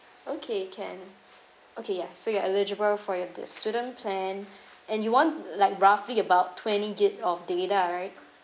okay can okay ya so you're eligible for ya the student plan and you want like roughly about twenty gig of data right